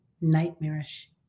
nightmarish